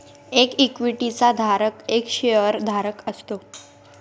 एक इक्विटी चा धारक एक शेअर धारक असतो